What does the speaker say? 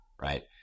right